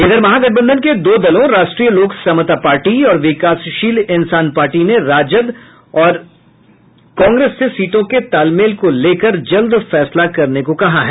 इधर महागठबंधन के दो दलों राष्ट्रीय लोक समता पार्टी और विकासशील इंसान पार्टी ने राजद और कांग्रेस से सीटों के तालमेल को लेकर जल्द फैसला करने को कहा है